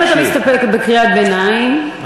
אם אתה מסתפק בקריאת ביניים,